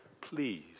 Please